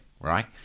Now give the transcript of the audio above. right